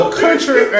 country